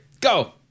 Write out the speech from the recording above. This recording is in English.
go